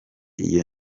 iyo